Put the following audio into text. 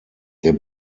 der